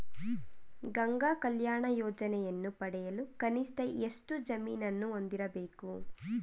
ಗಂಗಾ ಕಲ್ಯಾಣ ಯೋಜನೆಯನ್ನು ಪಡೆಯಲು ಕನಿಷ್ಠ ಎಷ್ಟು ಜಮೀನನ್ನು ಹೊಂದಿರಬೇಕು?